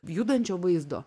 judančio vaizdo